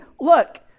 look